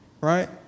right